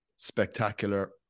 spectacular